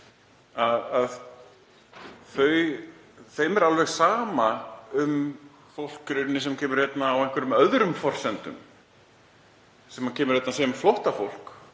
er alveg sama um fólk sem kemur hingað á einhverjum öðrum forsendum, sem kemur hingað sem flóttafólk.